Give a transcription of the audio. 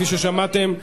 כפי ששמעתם,